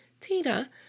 Tina